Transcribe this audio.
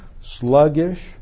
sluggish